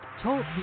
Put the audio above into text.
Talk